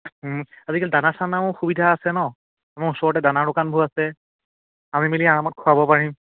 আজিকালি দানা চানাও সুবিধা আছে ন আমাৰ ওচৰতে দানাৰ দোকানবোৰ আছে আনি মেলি আৰামত খুৱাব পাৰিম